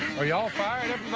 are y'all fired up